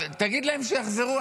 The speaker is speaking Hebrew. תגיד להם שיחזרו.